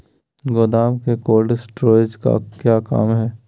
गोडम में cold storage का क्या काम है?